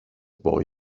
boy